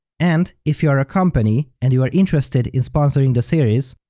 and, if you are a company and you are interested in sponsoring the series,